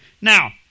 Now